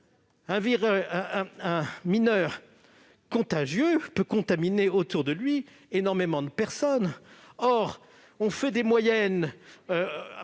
un mineur contagieux peut contaminer autour de lui énormément de personnes. On fait des moyennes